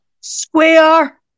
Square